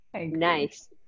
Nice